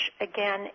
again